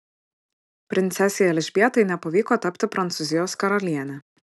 princesei elžbietai nepavyko tapti prancūzijos karaliene